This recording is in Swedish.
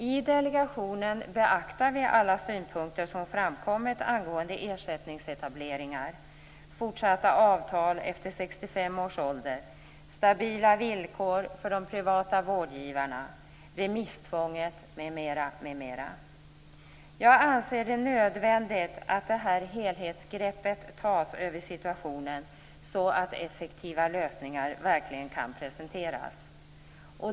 I delegationen beaktar vi alla de synpunkter som framkommit angående ersättningsetableringar, fortsatta avtal efter 65 års ålder, stabila villkor för de privata vårdgivarna, remisstvånget m.m. Jag anser det nödvändigt att detta helhetsgrepp tas över situationen, så att effektiva lösningar verkligen kan presenteras.